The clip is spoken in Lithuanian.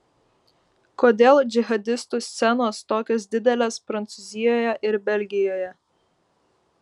kodėl džihadistų scenos tokios didelės prancūzijoje ir belgijoje